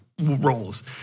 roles